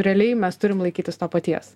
realiai mes turim laikytis to paties